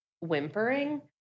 whimpering